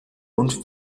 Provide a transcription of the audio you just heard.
und